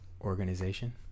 organization